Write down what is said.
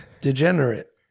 Degenerate